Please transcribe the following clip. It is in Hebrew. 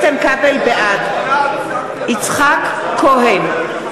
בעד יצחק כהן,